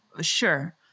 sure